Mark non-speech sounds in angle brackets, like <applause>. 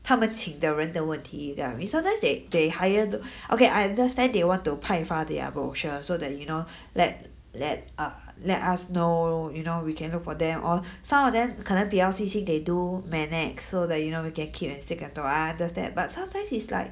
他们请的人的问题 yeah I mean sometimes they they hire the okay I understand they want to 派发 their brochure so that you know <breath> let let uh let us know you know we can look for them or some of them 可能比较细心 they do magnet so that you know you can keep it and still can to~ ah those that but ah sometimes it's likes <breath>